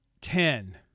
Ten